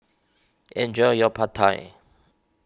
enjoy your Pad Thai